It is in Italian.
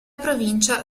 provincia